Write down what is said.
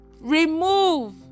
remove